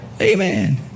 Amen